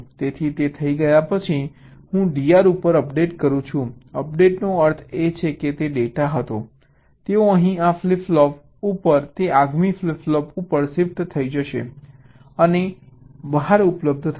તેથી તે થઈ ગયા પછી હું DR ઉપર અપડેટ કરું છું અપડેટનો અર્થ એ છે કે ડેટા હતો તેઓ અહીં આ ફ્લિપ ફ્લોપ ઉપર છે તે આગામી ફ્લિપ ફ્લોપ ઉપર શિફ્ટ થઈ જશે અને બહાર ઉપલબ્ધ થશે